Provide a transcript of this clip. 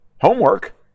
Homework